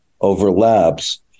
overlaps